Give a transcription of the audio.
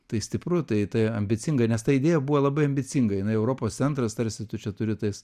tai stipru tai tai ambicinga nes ta idėja buvo labai ambicinga jinai europos centras tarsi tu čia turi tais